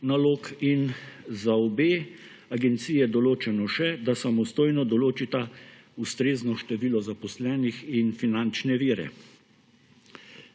in za obe agenciji je določeno še, da samostojno določita ustrezno število zaposlenih in finančne vire.